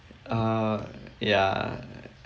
uh yeah